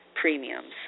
premiums